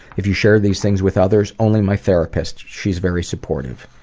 have you shared these things with others? only my therapist. she's very supportive.